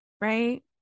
right